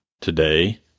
Today